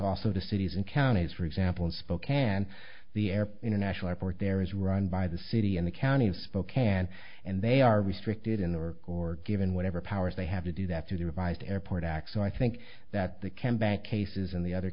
also the cities and counties for example in spokane the air international airport there is run by the city and the county of spokane and they are restricted in their or given whatever powers they have to do that through the revised airport act so i think that they can bank cases in the other